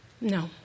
No